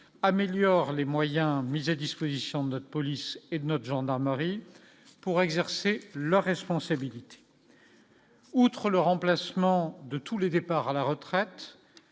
améliore les moyens mis à disposition de notre police et notre gendarmerie pour exercer leurs responsabilités. Outre le remplacement de tous les départs à la retraite